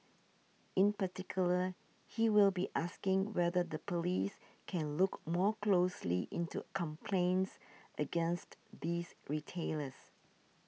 in particular he will be asking whether the police can look more closely into complaints against these retailers